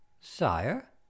Sire